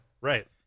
Right